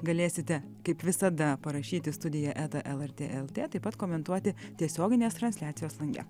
galėsite kaip visada parašyti į studiją lrt lt taip pat komentuoti tiesioginės transliacijos lange